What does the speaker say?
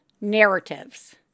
narratives